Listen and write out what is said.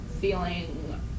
feeling